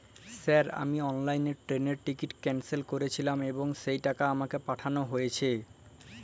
Sir আমি অনলাইনে ট্রেনের টিকিট ক্যানসেল করেছিলাম এবং সেই টাকা আমাকে পাঠানো হয়েছে?